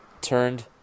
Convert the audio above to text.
turned